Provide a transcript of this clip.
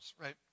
Right